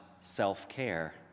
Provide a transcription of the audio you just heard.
self-care